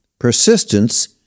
Persistence